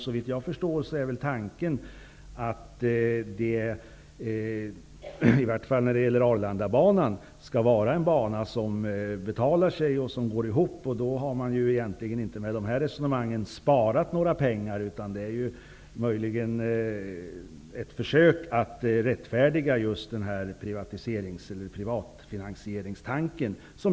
Såvitt jag förstår är tanken att i varje fall Arlandabanan skall betala sig själv. Då har man egentligen inte sparat några pengar med dessa resonemang. Det är möjligt att det är ett försök att rättfärdiga tanken om privat finansiering.